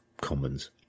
Commons